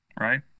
right